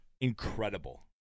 incredible